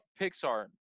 Pixar